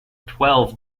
twelve